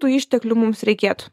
tų išteklių mums reikėtų